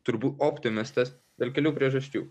turbū optimistas dėl kelių priežasčių